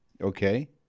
Okay